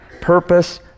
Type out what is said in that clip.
purpose